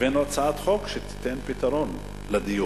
הבאנו הצעת חוק שתיתן פתרון לדיור.